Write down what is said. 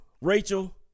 Rachel